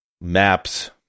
maps